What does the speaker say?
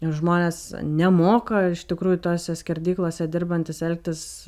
ir žmonės nemoka iš tikrųjų tose skerdyklose dirbantys elgtis